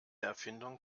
erfindung